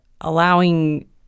allowing